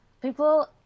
people